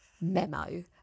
memo